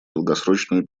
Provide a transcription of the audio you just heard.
долгосрочную